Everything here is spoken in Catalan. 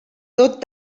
tot